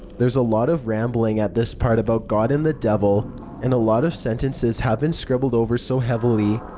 there's a lot of rambling at this part about god and the devil and a lot of sentences have been scribbled over so heavily,